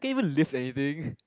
can you even lift anything